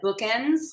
bookends